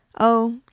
Oh